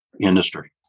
industry